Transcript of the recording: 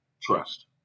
trust